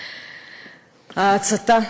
ההצתה,